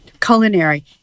culinary